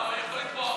הוא יכול לתבוע,